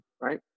right